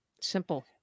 simple